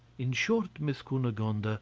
in short, miss cunegonde, ah